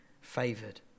favored